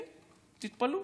אמרתי: כן, תתפלאו.